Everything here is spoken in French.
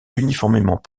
uniformément